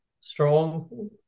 strong